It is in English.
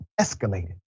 escalated